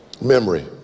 memory